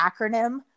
acronym